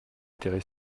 étaient